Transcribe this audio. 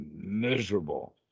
miserable